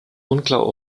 unklar